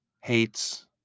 Hates